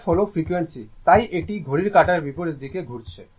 F হল frequency তাই এটি ঘড়ির কাঁটার বিপরীত দিকে ঘুরছে